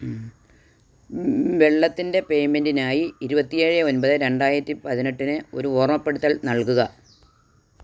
വെള്ളത്തിൻ്റെ പേയ്മെന്റിനായി ഇരുപത്തിയേഴ് ഒമ്പത് രണ്ടായിരത്തി പതിനെട്ടിന് ഒരു ഓർമ്മപ്പെടുത്തൽ നൽകുക